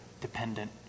Dependent